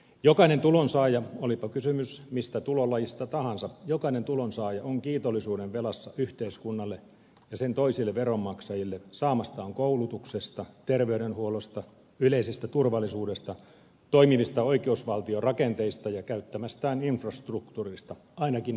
jokainen tulonsaaja olipa kysymys mistä tulolajista tahansa on kiitollisuudenvelassa yhteiskunnalle ja sen toisille veronmaksajille saamastaan koulutuksesta terveydenhuollosta yleisestä turvallisuudesta toimivista oikeusvaltiorakenteista ja käyttämästään infrastruktuurista ainakin näistä